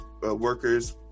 workers